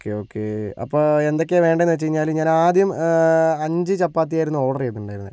okay okay അപ്പോൾ എന്തൊക്കെയാണ് വേണ്ടതെന്ന് വച്ച് കഴിഞ്ഞാൽ ഞാനാദ്യം അഞ്ച് ചപ്പാത്തിയായിരുന്നു ഓർഡർ ചെയ്തിട്ടുണ്ടായിരുന്നത്